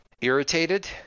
irritated